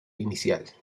inicial